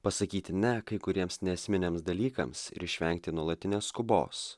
pasakyti ne kai kuriems neesminiams dalykams ir išvengti nuolatinės skubos